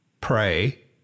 pray